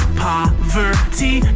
poverty